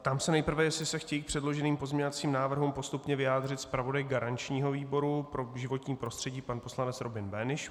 Ptám se nejprve, jestli se chtějí k předloženým pozměňovacím návrhům postupně vyjádřit zpravodaj garančního výboru pro životní prostředí pan poslanec Robin Böhnisch.